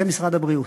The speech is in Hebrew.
זה, משרד הבריאות.